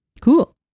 cool